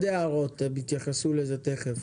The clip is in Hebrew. הם תכף יתייחסו לזה.